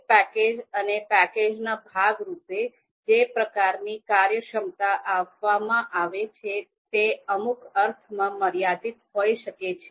દરેક પેકેજ અને પેકેજના ભાગરૂપે જે પ્રકારની કાર્યક્ષમતા આપવામાં આવે છે તે અમુક અર્થમાં મર્યાદિત હોઈ શકે છે